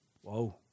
Whoa